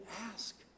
ask